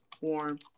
warm